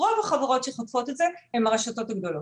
רוב החברות שחוטפות את זה הן הרשתות הגדולות.